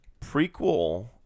prequel